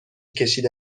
کشیده